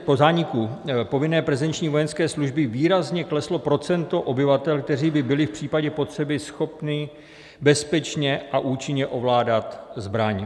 Po zániku povinné prezenční vojenské služby výrazně kleslo procento obyvatel, kteří by byli v případě potřeby schopni a bezpečně a účinně ovládat zbraň.